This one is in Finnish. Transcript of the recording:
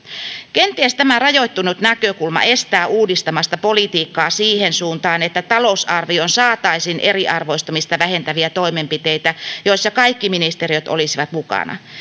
kenties tämä rajoittunut näkökulma estää uudistamasta politiikkaa siihen suuntaan että talousarvioon saataisiin eriarvoistamista vähentäviä toimenpiteitä joissa kaikki ministeriöt olisivat mukana